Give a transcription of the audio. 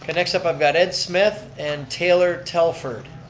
and next up i've got ed smith and taylor telford.